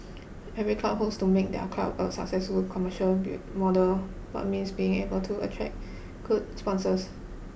every club hopes to make their club a successful commercial bit model but means being able to attract good sponsors